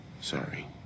Sorry